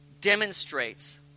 demonstrates